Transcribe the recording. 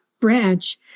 branch